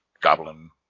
goblin